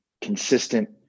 consistent